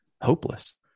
hopeless